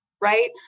right